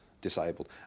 disabled